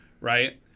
right